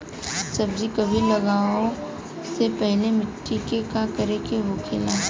सब्जी कभी लगाओ से पहले मिट्टी के का करे के होखे ला?